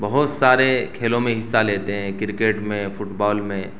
بہت سارے کھیلوں میں حصہ لیتے ہیں کرکٹ میں فٹ بال میں